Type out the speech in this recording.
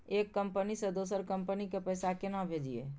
एक कंपनी से दोसर कंपनी के पैसा केना भेजये?